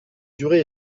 durée